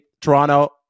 Toronto